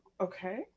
okay